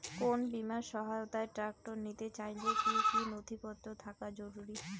কোন বিমার সহায়তায় ট্রাক্টর নিতে চাইলে কী কী নথিপত্র থাকা জরুরি?